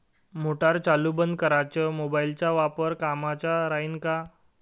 Motor चालू बंद कराच मोबाईलचा वापर कामाचा राहीन का?